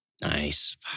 Nice